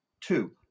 two